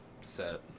set